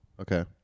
Okay